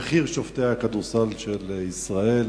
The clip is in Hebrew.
בכיר שופטי הכדורסל של ישראל